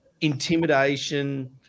intimidation